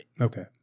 Okay